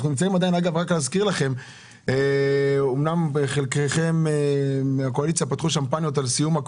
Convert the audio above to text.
אנחנו כבר בגל חמישי של קורונה למרות שרבים מהקואליציה פתחו שמפניות.